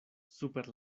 super